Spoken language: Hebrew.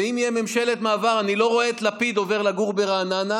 ואם תהיה ממשלת מעבר אני לא רואה את לפיד עובר לגור ברעננה.